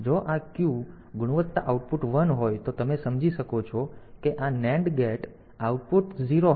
તેથી જો આ Q ગુણવત્તા આઉટપુટ 1 હોય તો તમે સમજી શકો છો કે આ NAND ગેટ આઉટપુટ 0 હશે